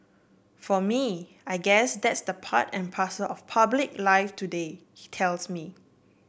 for me I guess that's the part and parcel of public life today he tells me